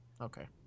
okay